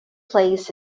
placed